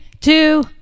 two